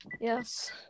Yes